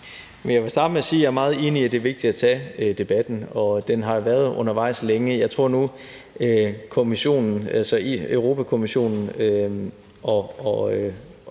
Jeg vil starte med at sige, at jeg er meget enig i, at det er vigtigt at tage debatten, og den har været undervejs længe. Jeg tror nu, at Europa-Kommissionen og